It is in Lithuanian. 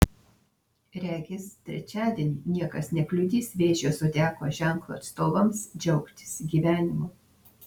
regis trečiadienį niekas nekliudys vėžio zodiako ženklo atstovams džiaugtis gyvenimu